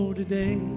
today